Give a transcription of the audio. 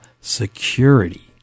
security